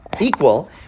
equal